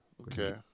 Okay